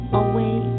away